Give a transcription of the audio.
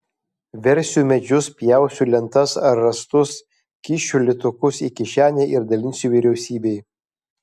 versiu medžius pjausiu lentas ar rąstus kišiu litukus į kišenę ir dalinsiu vyriausybei